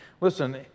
Listen